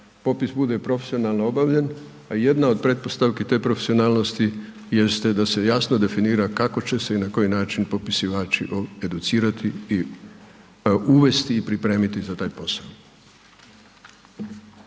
popis bude profesionalno obavljen, a jedna od pretpostavki te profesionalnosti jeste da se jasno definira kako će se i na koji način popisivači educirati i uvesti i pripremiti za taj posao.